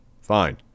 Fine